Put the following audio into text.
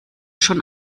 schon